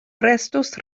restos